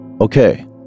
Okay